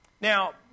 Now